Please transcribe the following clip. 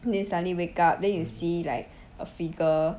then suddenly wake up then you see like a figure